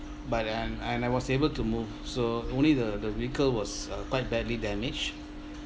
but and and I was able to move so only the the vehicle was uh quite badly damaged